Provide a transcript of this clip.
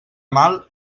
mal